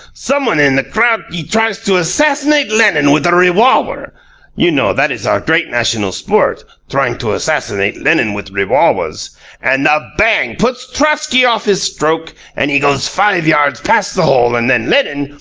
someone in the crowd he tries to assassinate lenin with a rewolwer you know that is our great national sport, trying to assassinate lenin with rewolwers and the bang puts trotsky off his stroke and he goes five yards past the hole, and then lenin,